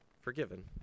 forgiven